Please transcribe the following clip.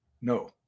No